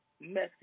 messy